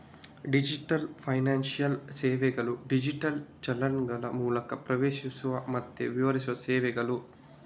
digital financial ಸೇವೆಗಳು digital ಚಾನಲ್ಗಳ ಮೂಲಕ ಪ್ರವೇಶಿಸುವ ಮತ್ತೆ ವಿತರಿಸುವ ಸೇವೆಗಳು